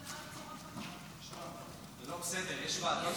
זה לא בסדר.